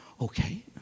okay